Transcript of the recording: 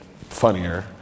funnier